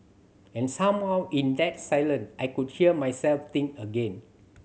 and somehow in that silence I could hear myself think again